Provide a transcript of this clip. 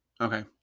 Okay